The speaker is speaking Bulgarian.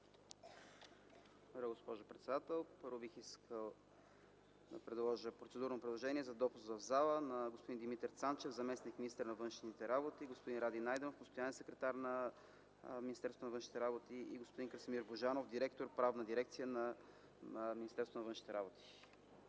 Благодаря, госпожо председател. Първо бих искал да направя процедурно предложение за допуск в залата на господин Димитър Цанчев – заместник-министър на външните работи, господин Ради Найденов – постоянен секретар на Министерството на външните работи, и господин Красимир Божанов – директор на Правната дирекция на Министерството на външните работи.